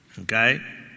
Okay